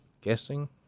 Guessing